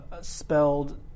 spelled